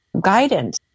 Guidance